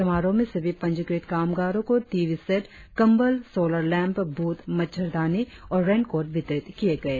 समारोह में सभी पंजीकृत कामगारों को टी वी सेट कंबल सोलर लैंप बूत मच्छर दानी और रेनकोट वितरित किए गए